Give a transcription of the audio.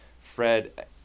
Fred